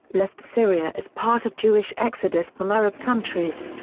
left syria as part of jewish exodus from arab countries.